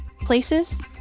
Places